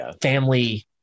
family